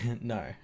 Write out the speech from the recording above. no